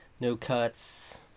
no-cuts